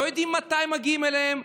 לא יודעים מתי מגיעים אליהם,